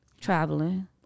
Traveling